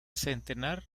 centenar